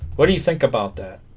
what do you think about that